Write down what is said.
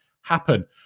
happen